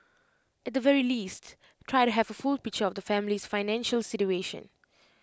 at the very least try to have full picture of the family's financial situation